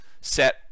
set